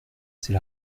c’est